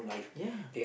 ya